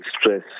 stress